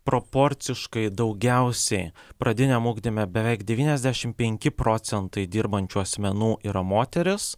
proporciškai daugiausiai pradiniam ugdyme beveik devyniasdešim penki procentai dirbančių asmenų yra moterys